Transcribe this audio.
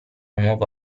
nuovo